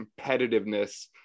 competitiveness